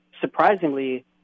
surprisingly